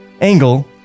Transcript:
Angle